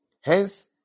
Hence